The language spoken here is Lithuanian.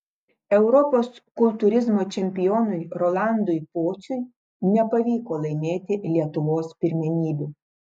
europos kultūrizmo čempionui rolandui pociui nepavyko laimėti lietuvos pirmenybių